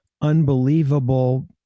unbelievable